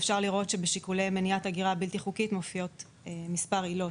כשאפשר לראות שבשיקולי מניעת הגירה בלתי חוקית מופיעות מספר עילות.